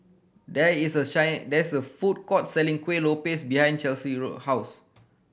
there is a shine there is a food court selling Kuih Lopes behind Chelsie road house